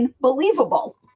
believable